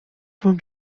wam